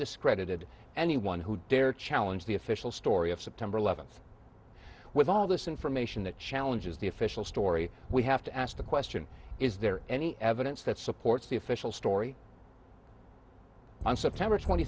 discredited anyone who dared challenge the official story of september eleventh with all this information that challenges the official story we have to ask the question is there any evidence that supports the official story on september twenty